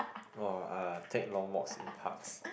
oh uh take long walks in parks